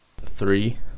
Three